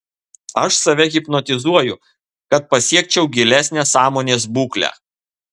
aš save hipnotizuoju kad pasiekčiau gilesnę sąmonės būklę